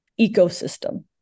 ecosystem